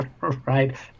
Right